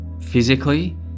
physically